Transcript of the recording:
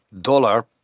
dollar